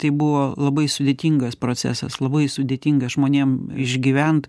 tai buvo labai sudėtingas procesas labai sudėtinga žmonėm išgyvent